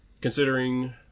considering